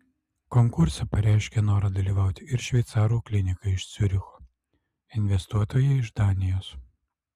konkurse pareiškė norą dalyvauti ir šveicarų klinika iš ciuricho investuotojai iš danijos